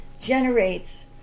generates